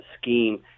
scheme